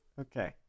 Okay